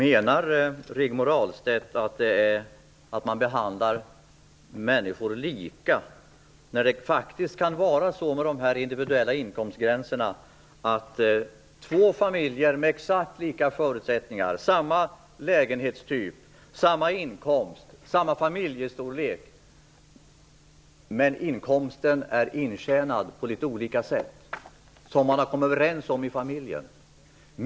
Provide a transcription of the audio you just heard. Fru talman! Menar Rigmor Ahlstedt att människor behandlas lika när de individuella inkomstgränserna kan göra att två familjer med exakt samma förutsättningar får olika bostadsbidrag? De har samma lägenhetstyp, samma inkomst och samma familjestorlek, men inkomsten är intjänad på litet olika sätt som man har kommit överens om i familjen.